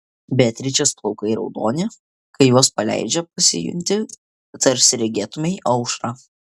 beatričės plaukai raudoni kai juos paleidžia pasijunti tarsi regėtumei aušrą